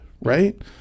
right